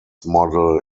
model